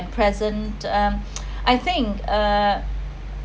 present um I think uh